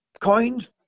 coins